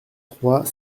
trois